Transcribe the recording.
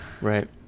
right